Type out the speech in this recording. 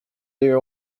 their